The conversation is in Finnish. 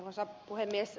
arvoisa puhemies